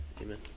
Amen